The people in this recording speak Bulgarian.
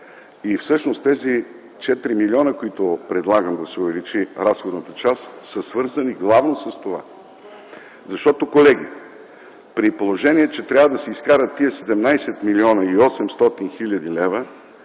Всъщност тези 4 милиона, с които предлагам да се увеличи разходната част, са свързани главно с това. Колеги, при положение, че трябва да се изкарат тия 17 млн. 800 хил. лв.,